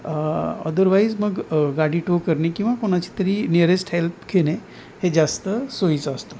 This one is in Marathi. अदरवाईज मग गाडी टो करणे किंवा कोणाची तरी निअरेस्ट हेल्प घेणे हे जास्त सोयीचं असतं